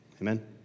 Amen